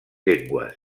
llengües